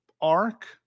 arc